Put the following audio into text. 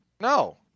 No